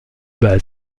base